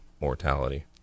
mortality